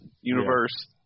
universe